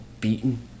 beaten